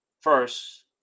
first